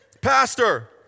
Pastor